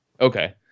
Okay